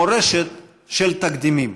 מורשת של תקדימים,